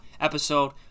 episode